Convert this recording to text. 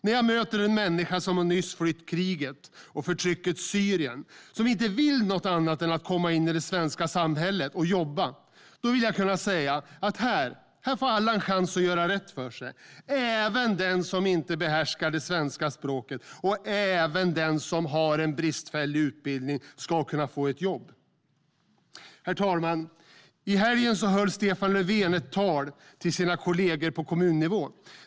När jag möter en människa som nyss har flytt kriget och förtrycket i Syrien, som inte vill något annat än att komma in i det svenska samhället och jobba, vill jag kunna säga att här får alla en chans att göra rätt för sig. Även den som inte behärskar det svenska språket och även den som har en bristfällig utbildning ska kunna få ett jobb. Herr talman! I helgen höll Stefan Löfven ett tal till sina kollegor på kommunnivå.